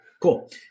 Cool